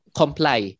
comply